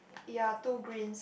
ya two greens